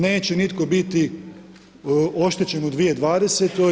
Neće nitko biti oštećen u 2020.